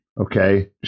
okay